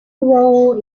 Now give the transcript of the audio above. role